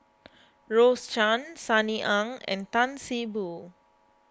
Rose Chan Sunny Ang and Tan See Boo